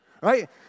Right